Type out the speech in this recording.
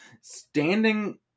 standing